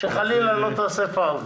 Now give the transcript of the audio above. שחלילה לא תעשה פאול.